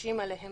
שמקשים עליהן